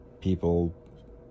People